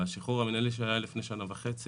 אבל השחרור המינהלי שהיה לפני שנה וחצי,